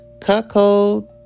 Cuckold